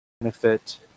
benefit